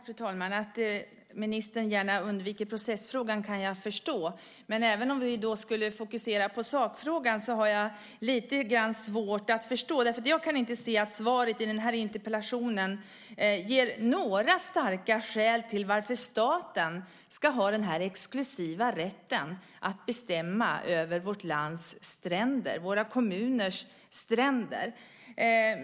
Fru talman! Ministern undviker gärna processfrågan, och det kan jag förstå. Men även om vi skulle fokusera på sakfrågan så har jag lite svårt att förstå det här. Jag kan inte se att svaret på interpellationen ger några starka skäl till att staten ska ha den exklusiva rätten att bestämma över vårt lands stränder och våra kommuners stränder.